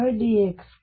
H 22md2dx2